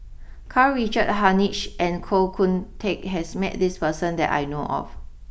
Karl Richard Hanitsch and Koh Kun Teck has met this person that I know of